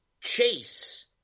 chase